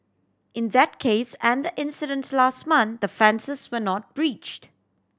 in that case and the incident last month the fences were not breached